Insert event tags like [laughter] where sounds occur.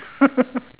[laughs]